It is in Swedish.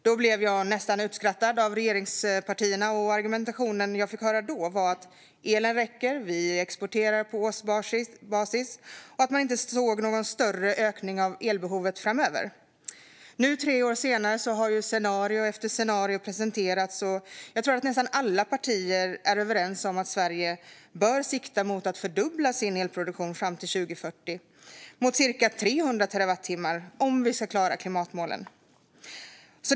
Då blev jag nästan utskrattad av regeringspartierna. Argumentationen jag fick höra då var att elen räckte, att vi exporterade på årsbasis och att man inte såg någon större ökning av elbehovet framöver. Nu tre år senare har scenario efter scenario presenterats. Nästan alla partier är nog överens om att Sverige fram till 2040 bör sikta mot att fördubbla sin elproduktion till cirka 300 terawattimmar om klimatmålen ska nås.